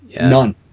None